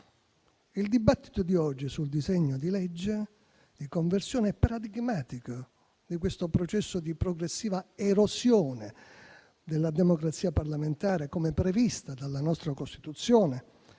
Il dibattito di oggi sul disegno di legge di conversione è paradigmatico di questo processo di progressiva erosione della democrazia parlamentare, come prevista dalla nostra Costituzione,